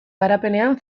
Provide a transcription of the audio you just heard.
garapenean